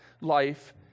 life